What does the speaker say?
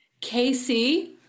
casey